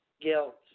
guilt